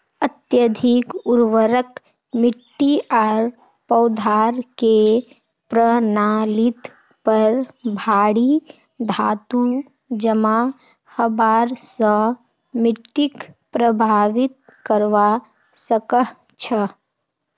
अत्यधिक उर्वरक मिट्टी आर पौधार के प्रणालीत पर भारी धातू जमा हबार स मिट्टीक प्रभावित करवा सकह छह